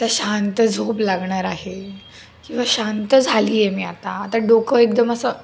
आता शांत झोप लागणार आहे किंवा शांत झाली आहे मी आता आता डोकं एकदम असं